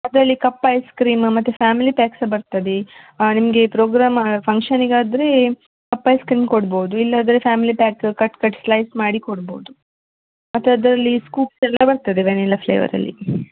ಅದರಲ್ಲಿ cup ice cream ಮತ್ತೆ family pack ಸಹ ಬರ್ತದೆ ನಿಮಗೆ ಪ್ರೋಗ್ರಾಮ್ ಫಂಕ್ಷನಿಗಾದ್ರೇ ಕಪ್ ಐಸ್ ಕ್ರೀಮ್ ಕೊಡ್ಬೋದು ಇಲ್ಲಂದ್ರೆ family pack cut cut slice ಮಾಡಿ ಕೊಡ್ಬೋದು ಮತ್ತೆ ಅದರಲ್ಲಿ ಸ್ಕೂಪ್ಸ್ ಎಲ್ಲ ಬರ್ತದೆ ವೆನಿಲ್ಲ ಫ್ಲೇವರಲ್ಲಿ